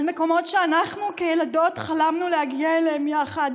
על מקומות שאנחנו כילדות חלמנו להגיע אליהם יחד